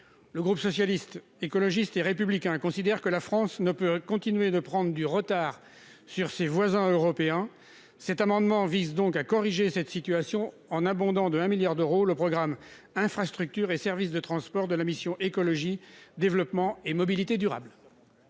Le groupe Socialiste, Écologiste et Républicain considère que la France ne peut continuer de prendre du retard sur ses voisins européens. Il entend donc corriger cette situation, en abondant de 1 milliard d'euros le programme « Infrastructures et services de transports » de la mission « Écologie, développement et mobilité durables